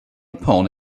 upon